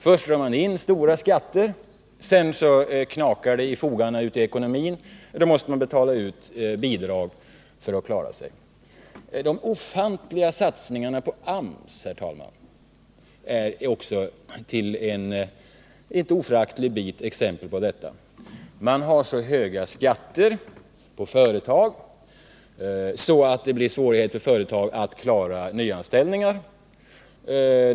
Först tar man in höga skatter, sedan knakar det i fogarna i ekonomin och så måste staten betala ut bidrag för att människorna skall klara sig. De ofantliga satsningarna på AMS, herr talman, är också till en inte föraktlig del exempel på detta. Skatterna på företagen är så höga att det uppstår svårigheter för företagen att klara nyanställningar.